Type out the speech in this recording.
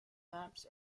maps